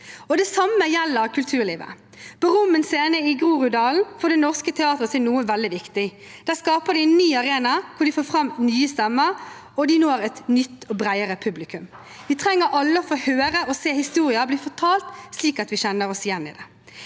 Det samme gjelder kulturlivet. På Rommen Scene i Groruddalen får Det Norske Teatret til noe veldig viktig. Der skaper de en ny arena hvor de får fram nye stemmer, og de når et nytt og bredere publikum. Vi trenger alle å få høre og se historier bli fortalt slik at vi kjenner oss igjen i dem.